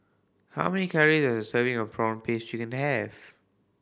how many calorie does a serving of prawn paste chicken have